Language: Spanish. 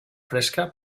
fresca